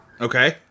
Okay